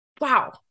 Wow